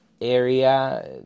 area